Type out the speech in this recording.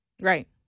Right